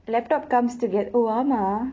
laptop comes to get oh வாமா:vaamaa